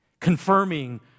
confirming